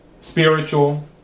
spiritual